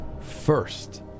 First